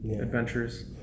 adventures